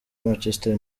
manchester